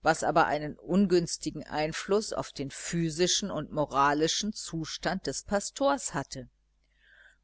was aber einen ungünstigen einfluß auf den physischen und moralischen zustand des pastors hatte